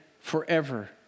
forever